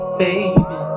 baby